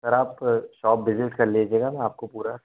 sir आप shop visit कर लीजिएगा मैं आपको पूरा